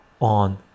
on